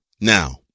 Now